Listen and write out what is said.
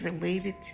related